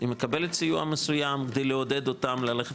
היא מקבלת סיוע מסוים כדי לעודד אותם ללכת